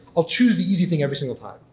i'll choose the easy thing every single time.